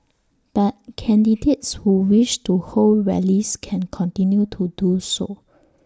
but candidates who wish to hold rallies can continue to do so